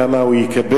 כמה הוא יקבל,